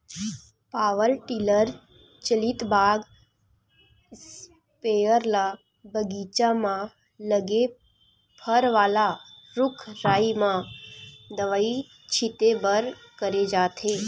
power tiller चलित बाग spare ल बगीचा म लगे फर वाला रूख राई म दवई छिते बर करे जाथे